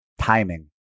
timing